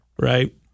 right